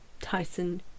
tyson